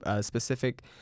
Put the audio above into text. specific